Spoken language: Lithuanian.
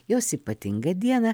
jos ypatingą dieną